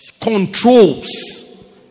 Controls